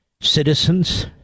citizens